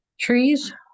trees